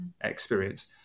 experience